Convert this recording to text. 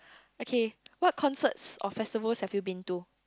okay what concerts or festivals have you been to